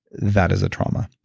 that is a trauma.